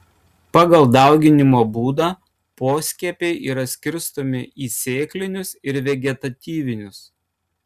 pagal dauginimo būdą poskiepiai yra skirstomi į sėklinius ir vegetatyvinius